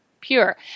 pure